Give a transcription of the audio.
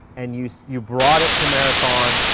and you so you brought it to marathon.